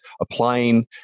applying